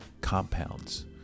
compounds